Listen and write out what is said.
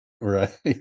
right